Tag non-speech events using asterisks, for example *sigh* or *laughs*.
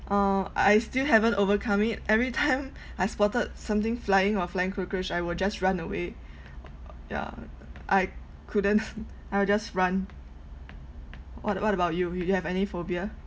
oh I still haven't overcome it everytime *laughs* I spotted something flying or flying cockroach I will just run away ya I couldn't *laughs* I will just run what what about you you have any phobia